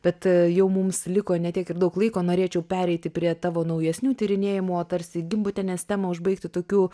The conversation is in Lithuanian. bet jau mums liko ne tiek ir daug laiko norėčiau pereiti prie tavo naujesnių tyrinėjimų tarsi gimbutienės temą užbaigti tokiu